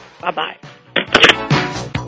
Bye-bye